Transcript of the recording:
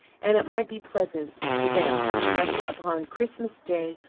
and it might be pleasant to them to remember, upon christmas day,